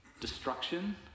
destruction